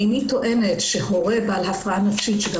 איני טוענת שהורה בעל הפרעה נפשית שגם